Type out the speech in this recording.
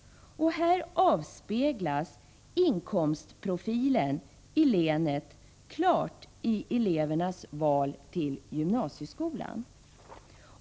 Här avspeglas inkomstprofilen i länet klart i elevernas val till gymnasieskolan.